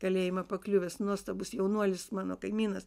kalėjimą pakliuvęs nuostabus jaunuolis mano kaimynas